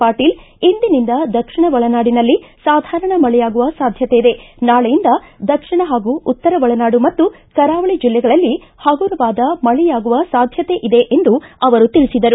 ಪಾಟೀಲ್ ಇಂದಿನಿಂದ ದಕ್ಷಿಣ ಒಳನಾಡಿನಲ್ಲಿ ಸಾಧಾರಣ ಮಳೆಯಾಗುವ ಸಾಧ್ಯತೆ ಇದೆ ನಾಳೆಯಿಂದ ದಕ್ಷಿಣ ಹಾಗೂ ಉತ್ತರ ಒಳನಾಡು ಮತ್ತು ಕರಾವಳಿ ಜಿಲ್ಲೆಗಳಲ್ಲಿ ಹಗುರವಾದ ಮಳೆಯಾಗುವ ಸಾಧ್ಯತೆ ಇದೆ ಎಂದು ತಿಳಿಸಿದರು